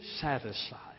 satisfied